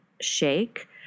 shake